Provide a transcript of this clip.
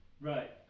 Right